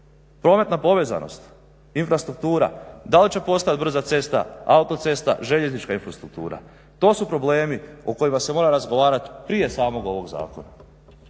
Prometna povezanost, infrastruktura, da li će postojati brza cesta, autocesta, željeznička infrastruktura? To su problemi o kojima se mora razgovarati prije samog ovog zakona.